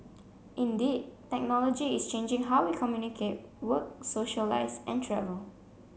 indeed technology is changing how we communicate work socialise and travel